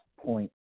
point